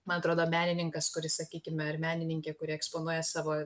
man atrodo menininkas kuris sakykime ar menininkė kuri eksponuoja savo